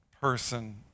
person